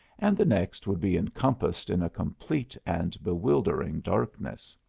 and the next would be encompassed in a complete and bewildering darkness.